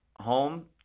home